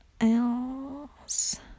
else